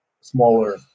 smaller